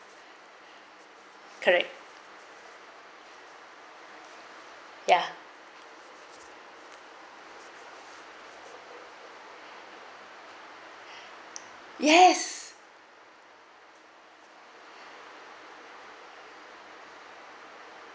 correct ya yes